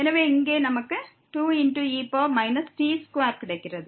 எனவே இங்கே நமக்கு 2e t2 கிடைக்கிறது